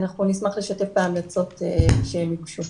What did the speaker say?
ואנחנו נשמח לשתף בהמלצות כשהן יוגשו.